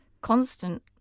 constant